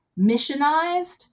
missionized